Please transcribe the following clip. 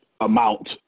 Amount